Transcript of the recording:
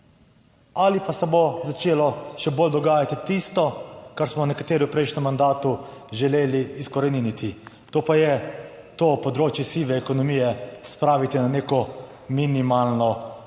ali pa se bo začelo še bolj dogajati tisto kar smo nekateri v prejšnjem mandatu želeli izkoreniniti? To pa je to področje sive ekonomije spraviti na neko minimalno raven,